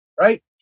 right